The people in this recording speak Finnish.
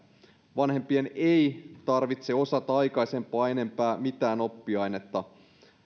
vanhempien ei tarvitse osata aikaisempaa enempää mitään oppiainetta